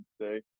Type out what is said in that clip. say